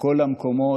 בכל המקומות,